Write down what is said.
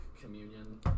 Communion